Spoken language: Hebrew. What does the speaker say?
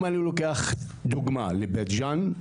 אם אני לוקח דוגמה את בית ג'ן,